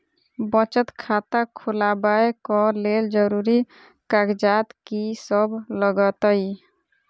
बचत खाता खोलाबै कऽ लेल जरूरी कागजात की सब लगतइ?